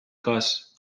każ